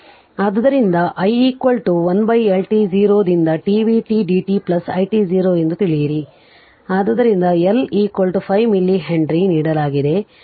ಆದ್ದರಿಂದ i 1L t 0 ರಿಂದ t vt dt plus i t 0 ಎಂದು ತಿಳಿಯಿರಿ ಆದ್ದರಿಂದ L 5 ಮಿಲಿ ಹೆನ್ರಿ ನೀಡಲಾಗಿದೆ